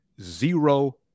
zero